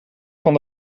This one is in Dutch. van